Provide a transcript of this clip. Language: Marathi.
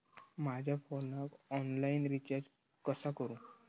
माझ्या फोनाक ऑनलाइन रिचार्ज कसा करू?